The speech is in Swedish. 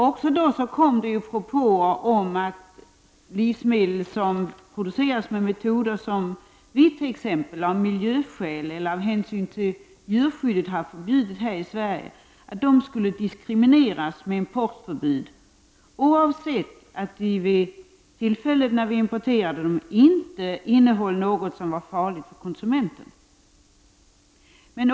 Det har också kommit propåer om att livsmedel som producerats med metoder som vi exempelvis av miljöskäl eller av hänsyn till djurskyddet har förbjudit här i Sverige skulle diskrimineras med importförbud oavsett om de vid importtillfället innehåller något som är farligt för konsumenten.